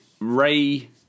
Ray